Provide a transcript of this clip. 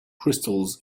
crystals